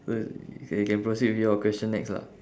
so you ca~ you can proceed with your question next lah